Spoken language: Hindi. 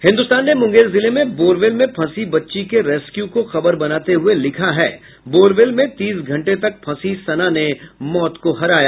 हिन्दुस्तान ने मुंगेर जिले में बोरवेल में फंसी बच्ची के रेस्क्यू को खबर बनाते हुए लिखा है बोरवेल में तीस घंटे तक फंसी सना ने मौत को हराया